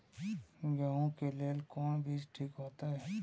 गेहूं के लेल कोन बीज ठीक होते?